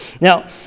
Now